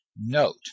Note